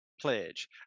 pledge